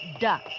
duck